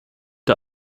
der